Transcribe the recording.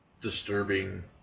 disturbing